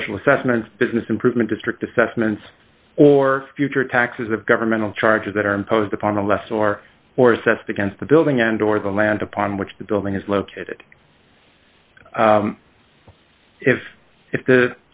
special assessments business improvement district assessments or future taxes of governmental charges that are imposed upon a less or more assessed against the building and or the land upon which the building is located if if the